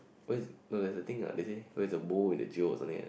where's no there is a thing that they say where's the bowl in the jail or something like that